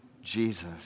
Jesus